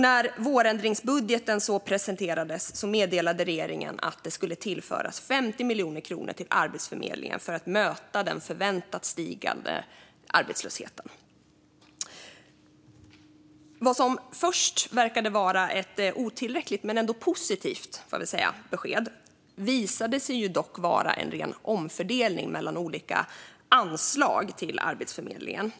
När vårändringsbudgeten så presenterades meddelade regeringen att det skulle tillföras 50 miljoner kronor till Arbetsförmedlingen för att möta den förväntat stigande arbetslösheten. Vad som först verkade vara ett otillräckligt men ändå positivt besked visade sig dock vara en ren omfördelning mellan olika anslag till Arbetsförmedlingen.